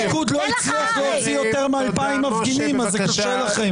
הליכוד לא הצליח להוציא יותר מ-2,000 מפגינים אז זה קשה לכם.